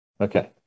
Okay